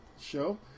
show